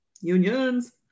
unions